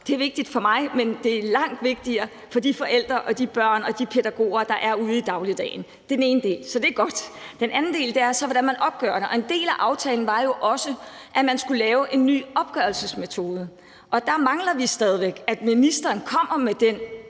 Det er vigtigt for mig, men det er langt vigtigere for de forældre og de børn og de pædagoger, der er ude i dagligdagen. Det er den ene del. Så det er godt. Den anden del er så, hvordan man opgør det. Og en del af aftalen var jo også, at man skulle lave en ny opgørelsesmetode, og der mangler vi stadig væk, at ministeren kommer med den